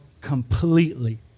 completely